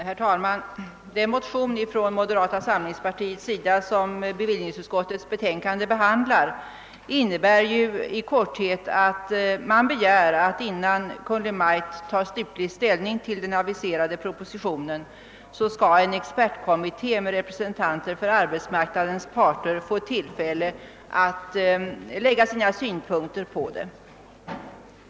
Herr talman! Den motion från moderata samlingspartiet som bevillnings utskottets betänkande nr 5 behandlar innebär ju i korthet att man kräver att innan Kungl. Maj:t tar slutlig ställning till den aviserade propositionen en expertkommitteé med representanter för arbetsmarknadens parter skall få tillfälle att framlägga sina synpunkter på den.